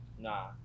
Nah